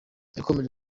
yakomeje